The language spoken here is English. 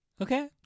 Okay